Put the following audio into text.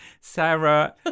Sarah